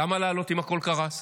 למה לעלות אם הכול קרס?